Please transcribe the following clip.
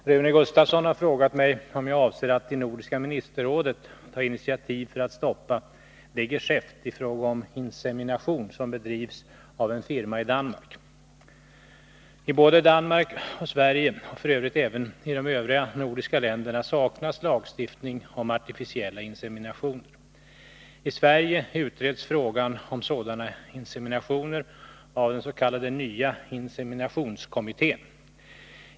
Herr talman! Rune Gustavsson har frågat mig om jag avser att i Nordiska ministerrådet ta initiativ för att stoppa det geschäft i fråga om insemination som bedrivs av en firma i Danmark. I både Danmark och Sverige, och f. ö. även i de övriga nordiska länderna, saknas lagstiftning om artificiella inseminationer. I Sverige utreds frågan om sådana inseminationer av den s.k. nya inseminationskommittén .